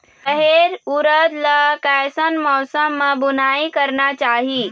रहेर उरद ला कैसन मौसम मा बुनई करना चाही?